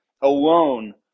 alone